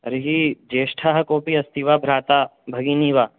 तर्हि ज्योष्ठः कोऽपि अस्ति वा भ्राता भगिनी वा